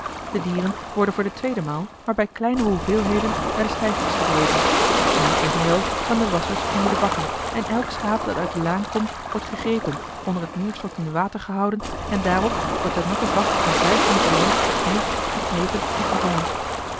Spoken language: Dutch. de dieren worden voor de tweede maal maar bij kleinere hoeveelheden naar de steigers gedreven nu evenwel staan de wasschers onder de bakken en elk schaap dat uit de laan komt wordt gegrepen onder het neerstortende water gehouden en daarop wordt de natte vacht een vijf minuten lang gekneed geknepen en gewrongen